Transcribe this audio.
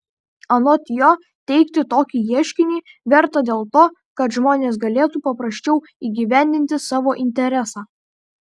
anot jo teikti tokį ieškinį verta dėl to kad žmonės galėtų paprasčiau įgyvendinti savo interesą